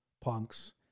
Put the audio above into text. punks